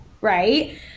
right